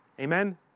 Amen